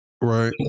Right